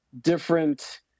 Different